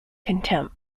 contempt